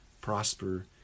prosper